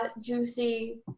juicy